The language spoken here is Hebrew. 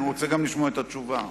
אני רוצה לשמוע גם את התשובה.